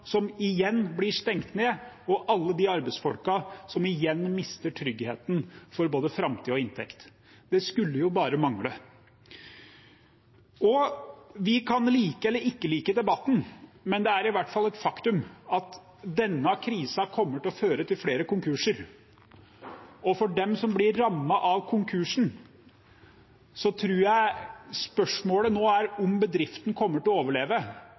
som igjen blir stengt ned, og alle de arbeidsfolkene som igjen mister tryggheten for både framtid og inntekt. Det skulle bare mangle. Vi kan like eller ikke like debatten, men det er i hvert fall et faktum at denne krisen kommer til å føre til flere konkurser. For dem som blir rammet av konkurs, tror jeg spørsmålet nå er om bedriften kommer til å overleve,